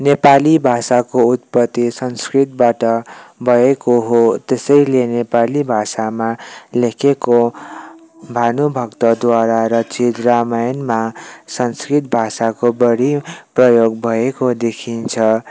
नेपाली भाषाको उत्पत्ति संस्कृतबाट भएको हो त्यसैले नेपाली भाषामा लेखेको भानुभक्तद्वारा रचित रामायणमा संस्कृत भाषाको बढि प्रयोग भएको देखिन्छ